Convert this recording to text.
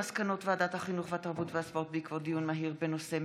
בנושא: